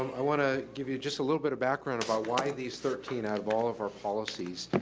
i wanna give you just a little bit of background about why these thirteen out of all of our policies.